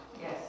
Yes